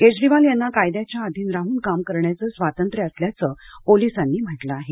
केजरीवाल यांना कायद्याच्या अधीन राहून काम करण्याचं स्वातंत्र्य असल्याचं पोलिसांनी म्हटलं आहे